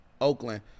Oakland